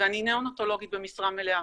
ואני נאונטולוגית במשרה מלאה,